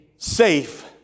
safe